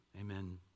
amen